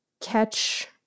catch